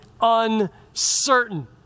uncertain